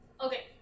okay